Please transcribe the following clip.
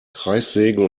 kreissägen